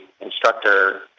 instructor